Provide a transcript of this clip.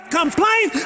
complain